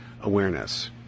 awareness